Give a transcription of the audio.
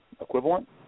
equivalent